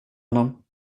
honom